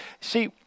See